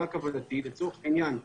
לצורך עניין,